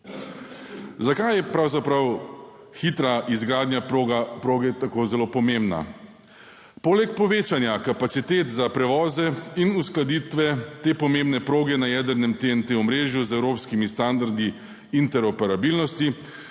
Zakaj je pravzaprav hitra izgradnja proge tako zelo pomembna? Poleg povečanja kapacitet za prevoze in uskladitve te pomembne proge na jedrnem omrežju TEN-T z evropskimi standardi interoperabilnosti